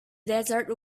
desert